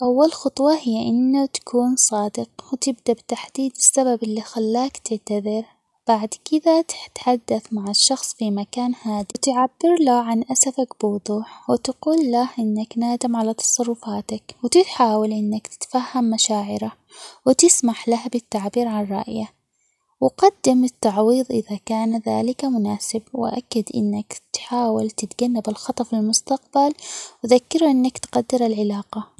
أول خطوة هي أنه تكون صادق ،وتبدأ بتحديد السبب اللي خلاك تعتذر ، بعد كذا تتحدث مع الشخص في مكان هادئ ،وتعبر له عن أسفك بوضوح ،وتقول له إنك نادم على تصرفاتك و-ت- تحاول إنك تتفهم مشاعره ،وتسمح له بالتعبير عن رأيه ،وقدم التعويض إذا كان ذلك مناسب ،وأكد إنك تحاول تتجنب الخطأ في المستقبل وذكره إنك تقدر العلاقة.